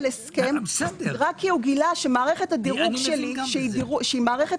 הסכם רק כי הוא גילה שמערכת הדירוג שלי שהיא מערכת